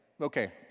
okay